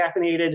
caffeinated